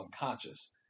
unconscious